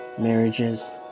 marriages